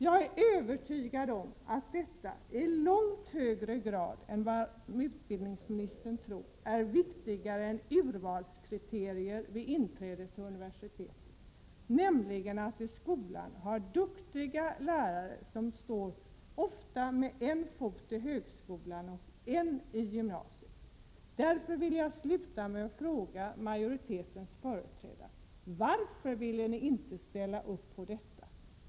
Jag är övertygad om att det i långt högre grad än vad utbildningsministern tror är betydelsefullt med duktiga lärare, som står med ena foten i högskolan och den andra i gymnasiet. Det är viktigare än urvalskriterier vid inträde till högskolan. Låt mig avslutningsvis fråga majoritetens företrädare varför ni inte ville ställa upp på detta.